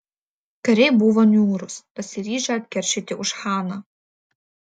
kariai buvo niūrūs pasiryžę atkeršyti už chaną